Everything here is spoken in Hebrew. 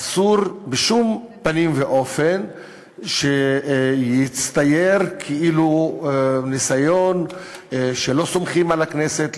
אסור בשום פנים ואופן שיצטייר כאילו הוא ניסיון שלא סומכים על הכנסת,